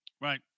right